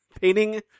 painting